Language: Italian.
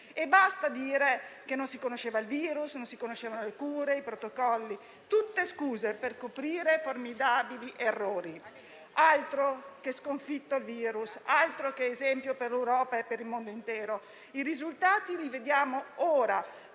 E basta dire che non si conoscevano il virus, le cure e i protocolli: tutte scuse per coprire formidabili errori. Altro che sconfitto il virus; altro che esempio per l'Europa e per il mondo intero: i risultati li vediamo ora,